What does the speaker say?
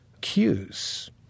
cues